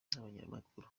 n’abanyamakuru